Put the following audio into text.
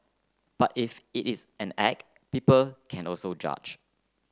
but if it is an act people can also judge